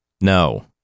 No